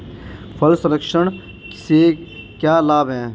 फल संरक्षण से क्या लाभ है?